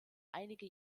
einige